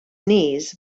knees